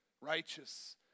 righteous